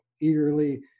eagerly –